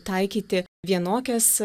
taikyti vienokias